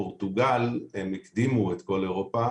בפורטוגל הם הקדימו את כל אירופה